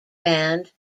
band